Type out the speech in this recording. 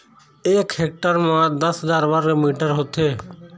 एक हेक्टेयर म दस हजार वर्ग मीटर होथे